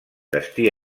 destí